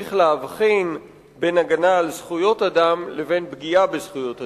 צריך להבחין בין הגנה על זכויות האדם לבין פגיעה בזכויות האדם.